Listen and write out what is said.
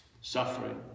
Suffering